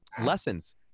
lessons